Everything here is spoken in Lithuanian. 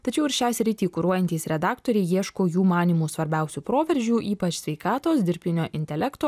tačiau ir šią sritį kuruojantys redaktoriai ieško jų manymu svarbiausių proveržių ypač sveikatos dirbtinio intelekto